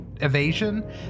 evasion